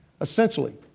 Essentially